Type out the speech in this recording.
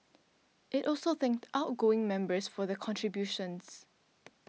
it also thanked outgoing members for the contributions